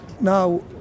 Now